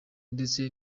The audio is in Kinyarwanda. ndetse